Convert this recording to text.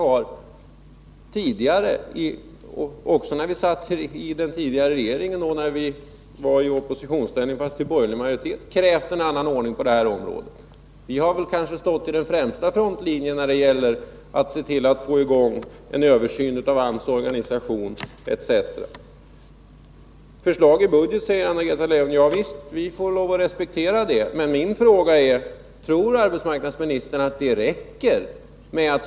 Svenska Dagbladet har den 23 november publicerat de ändringar som ambassadör Theorin själv gjort i den intervju som publicerades den 25 oktober. Där framgår, att ambassadören haft tillfälle att granska och korrigera samtliga de uttalanden hon gjort i intervjun. SvD har, enligt dessa uppgifter, publicerat ambassadörens uttalanden i den exakta och ordagranna form de gavs genom ambassadörens egna rättelser. Enligt uppgift har SvD dessutom tillställt utrikesdepartementet en fullständig utskrift av den bandupptagning från intervjun som finns bevarad.